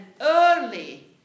early